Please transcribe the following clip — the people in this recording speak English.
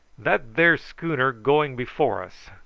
that there schooner going before us.